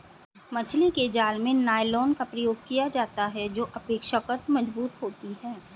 मछली के जाल में नायलॉन का प्रयोग किया जाता है जो अपेक्षाकृत मजबूत होती है